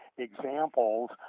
examples